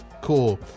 Cool